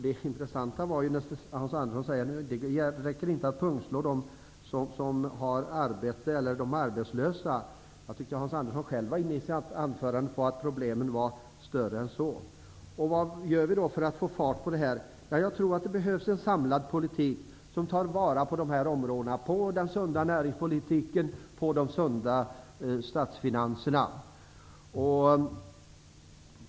Det intressanta är när Hans Andersson säger att det inte räcker med att pungslå dem som är arbetslösa. Jag tycker att Hans Andersson själv var inne på att problemet är större än så. Vad gör vi då för att få fart på saker och ting? Jag tror att det behövs en samlad politik som tar vara på den sunda näringspolitiken och på sådant som är ägnat att skapa sunda statsfinanser.